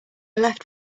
left